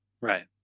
Right